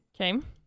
Okay